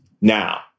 now